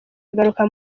agaruka